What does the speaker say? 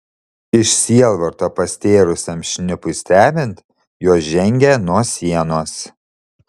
iš sielvarto pastėrusiam šnipui stebint jos žengė nuo sienos